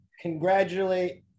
congratulate